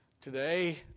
Today